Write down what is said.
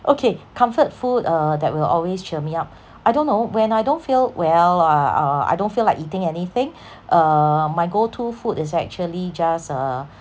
okay comfort food uh that will always cheer me up I don't know when I don't feel well uh uh I don't feel like eating anything uh my go to food is actually just uh